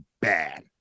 bad